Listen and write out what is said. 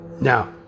Now